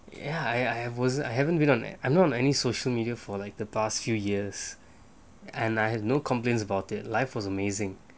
ya I I wasn't I haven't been on I'm not any social media for like the past few years and I had no complaints about that life was amazing